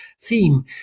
theme